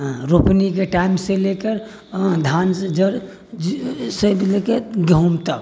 रोपनीके time से लेकर धान से जड़ से लेके गेहुँम तक